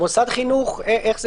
איך זה